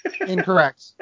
Incorrect